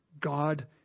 God